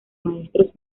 maestros